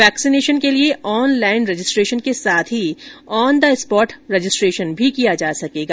vaccination के लिए online registration के साथ ही ऑन द स्वॉट रजिस्ट्रेशन भी किया जा सकेगा